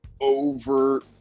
over